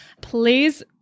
please